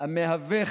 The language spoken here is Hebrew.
תודה רבה.